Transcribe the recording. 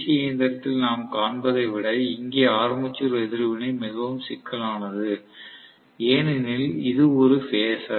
C இயந்திரத்தில் நாம் காண்பதை விட இங்கே ஆர்மேச்சர் எதிர்வினை மிகவும் சிக்கலானது ஏனெனில் இது ஒரு பேஸர்